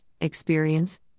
experience